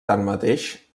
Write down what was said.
tanmateix